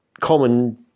common